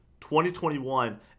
2021